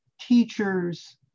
teachers